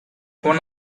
one